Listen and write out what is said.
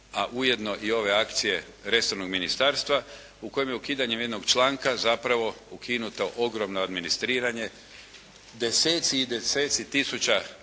a ujedno i ove akcije resornog ministarstva u kojem je ukidanjem jednog članka zapravo ukinuto ogromno administriranje, deseci i deseci tisuća